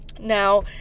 Now